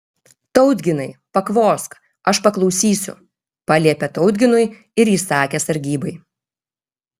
tautginai pakvosk aš paklausysiu paliepė tautginui ir įsakė sargybai